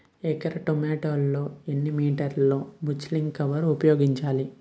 ఎకర టొమాటో లో ఎన్ని మీటర్ లో ముచ్లిన్ కవర్ ఉపయోగిస్తారు?